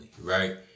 right